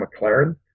McLaren